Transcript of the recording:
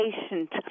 patient